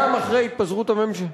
גם אחרי התפזרות הממשלה,